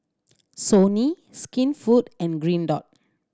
Sony Skinfood and Green Dot